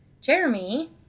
Jeremy